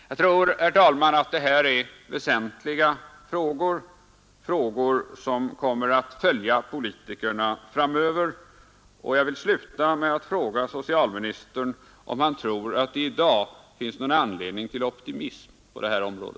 Jag tror, herr talman, att det här är väsentliga frågor, frågor som kommer att följa politikerna framöver. Jag vill sluta med att fråga socialministern om han anser att det i dag finns någon anledning till optimism på detta område.